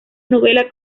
novela